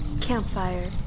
Campfire